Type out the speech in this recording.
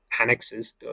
annexes